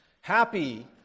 Happy